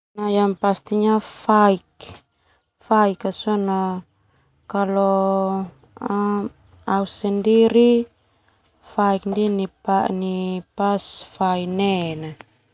Faik ka sona au sendiri faik ndia nai pas fai nek.